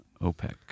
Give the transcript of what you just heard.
OPEC